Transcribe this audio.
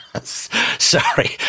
Sorry